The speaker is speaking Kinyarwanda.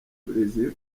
burezi